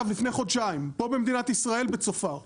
לפני חודשיים פה במדינת ישראל בצופר.